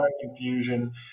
confusion